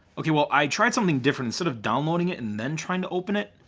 okay, well i tried something different. instead of downloading it and then trying to open it.